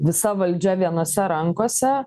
visa valdžia vienose rankose